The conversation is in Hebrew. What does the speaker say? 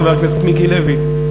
חבר הכנסת מיקי לוי.